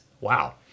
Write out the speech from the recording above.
Wow